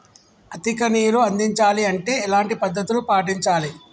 అధిక నీరు అందించాలి అంటే ఎలాంటి పద్ధతులు పాటించాలి?